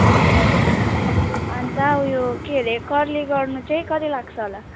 ए हुन्छ अनि त ऊ यो के रे कर्ली गर्नु चाहिँ कति लाग्छ होला